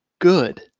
good